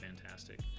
fantastic